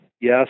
yes